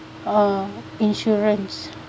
uh insurance